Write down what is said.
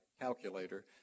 calculator